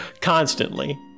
Constantly